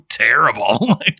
Terrible